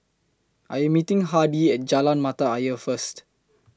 I Am meeting Hardy At Jalan Mata Ayer First